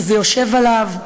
וזה יושב עליו,